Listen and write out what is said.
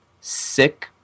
sick